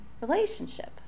relationship